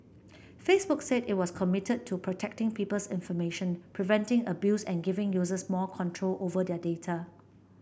Facebook said it was committed to protecting people's information preventing abuse and giving users more control over their data